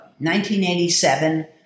1987